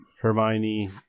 Hermione